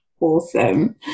Awesome